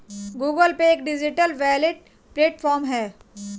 Google Pay एक digital wallet platform है